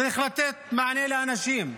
צריך לתת מענה לאנשים.